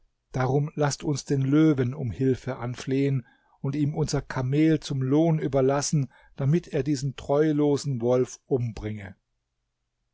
darum laßt uns den löwen um hilfe anflehen und ihm unser kamel zum lohn überlassen damit er diesen treulosen wolf umbringe